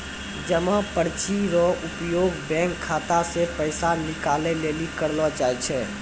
जमा पर्ची रो उपयोग बैंक खाता से पैसा निकाले लेली करलो जाय छै